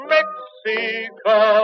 Mexico